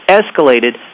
escalated